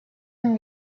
and